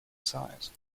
size